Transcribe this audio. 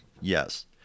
Yes